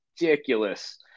ridiculous